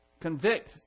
Convict